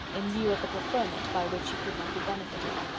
in lieu of the preferment, by which he could not be benefited.